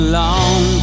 long